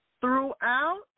Throughout